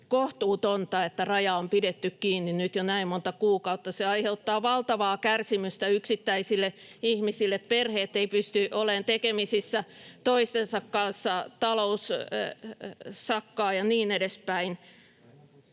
kohtuutonta, että raja on pidetty kiinni nyt jo näin monta kuukautta. Se aiheuttaa valtavaa kärsimystä yksittäisille ihmisille. Perheet eivät pysty olemaan tekemisissä toistensa kanssa, talous sakkaa ja niin edespäin,